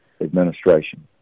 administration